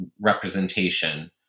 representation